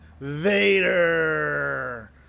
Vader